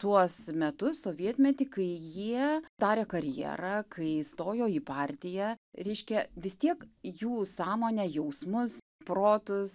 tuos metus sovietmetį kai jie darė karjerą kai įstojo į partiją reiškia vis tiek jų sąmonę jausmus protus